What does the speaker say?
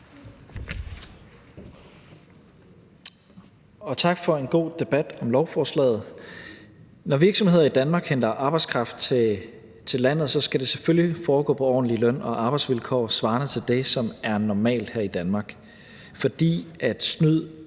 Tak for en god debat om lovforslaget. Når virksomheder i Danmark henter arbejdskraft til landet, skal det selvfølgelig foregå på ordentlige løn- og arbejdsvilkår svarende til det, som er normalt her i Danmark, fordi snyd